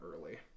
early